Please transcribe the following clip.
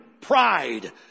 pride